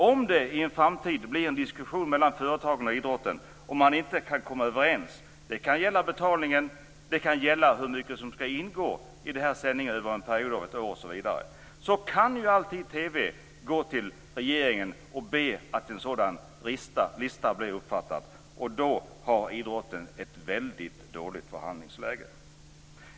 Om det i framtiden blir en diskussion mellan företagen och idrotten och man inte kan komma överens - det kan gälla betalningen eller hur mycket som skall ingå i sändningarna under en ettårsperiod osv. - kan ju TV alltid gå till regeringen och be om att en sådan lista skall upprättas. I det läget har idrotten ett väldigt dåligt förhandlingsläge.